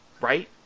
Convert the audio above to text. right